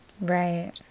Right